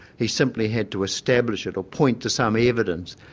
he simply had to establish it or point to some evidence,